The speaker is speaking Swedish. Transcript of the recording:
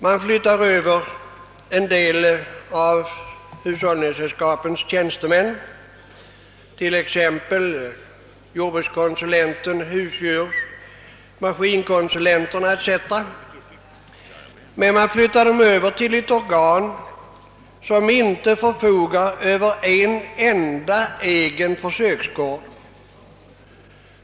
Man flyttar en del av hushållningssällskapens tjänstemän, t.ex. jordbruks-, husdjursoch maskinkonsulenterna, till ett organ som inte förfogar över en enda egen försöksgård.